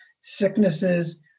sicknesses